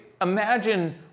Imagine